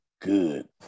good